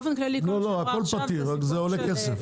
הכל פתיר, אבל זה עולה כסף.